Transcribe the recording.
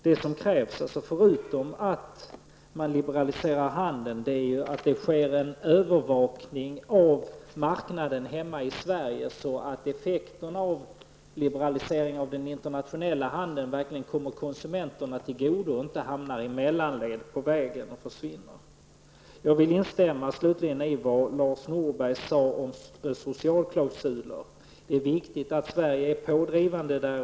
Vad som krävs, förutom en liberalisering av handeln, är att det sker en övervakning av marknaden hemma i Sverige, så att effekterna av liberaliseringen av den internationella handeln verkligen kommer konsumenterna till godo och inte hamnar i mellanled på vägen och går förlorade. Slutligen vill jag instämma i vad Lars Norberg sade om socialklausuler. Det är viktigt att Sverige är pådrivande där.